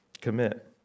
commit